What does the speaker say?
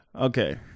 Okay